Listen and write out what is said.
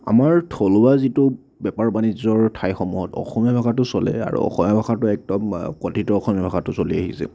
আমাৰ থলুৱা যিটো বেপাৰ বাণিজ্যৰ ঠাইসমূহত অসমীয়া ভাষাটো চলে আৰু অসমীয়া ভাষাটো একদম কথিত অসমীয়া ভাষাটো চলি আহিছে